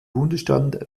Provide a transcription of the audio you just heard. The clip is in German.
bundesstaat